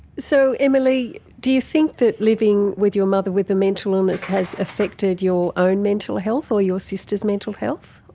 so, emma leigh, do you think that living with your mother with a mental illness has affected your own mental health or your sister's mental health?